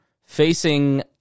facing